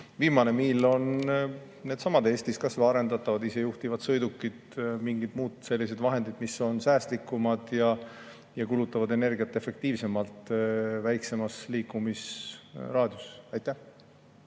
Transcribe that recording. viimane miil oleks needsamad kas või Eestis arendatavad isejuhtivad sõidukid või mingid muud sellised vahendid, mis on säästlikumad ja kulutavad energiat efektiivsemalt, mis on väiksema liikumisraadiusega. Aitäh!